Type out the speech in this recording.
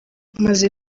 maze